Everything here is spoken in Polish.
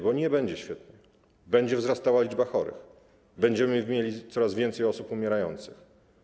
Bo nie będzie świetnie, będzie wzrastała liczba chorych, będziemy mieli coraz więcej osób umierających.